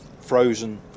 frozen